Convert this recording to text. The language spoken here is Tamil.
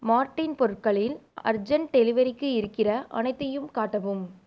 மார்டீன் பொருட்களில் அர்ஜெண்ட் டெலிவரிக்கு இருக்கிற அனைத்தையும் காட்டவும்